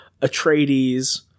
Atreides